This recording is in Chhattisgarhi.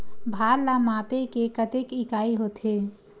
भार ला मापे के कतेक इकाई होथे?